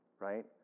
right